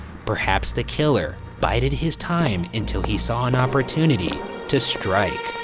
perhaps the killer bided his time until he saw an opportunity to strike.